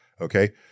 Okay